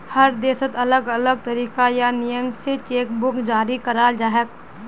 हर देशत अलग अलग तरीका या नियम स चेक बुक जारी कराल जाछेक